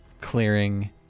clearing